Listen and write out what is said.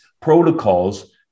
protocols